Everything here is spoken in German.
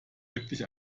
wirklich